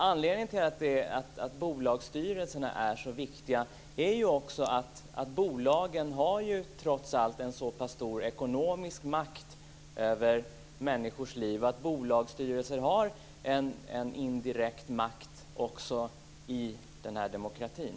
Anledningen till att bolagsstyrelserna är så viktiga är ju att bolagen trots allt har en så stor ekonomisk makt över människors liv att bolagsstyrelser har en indirekt makt också i den här demokratin.